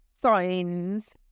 signs